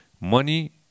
Money